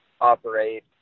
operate